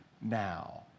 now